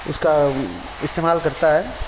اُس کا استعمال کرتا ہے